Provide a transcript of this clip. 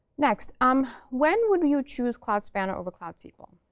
next, um when would you choose cloud spanner over cloud sql?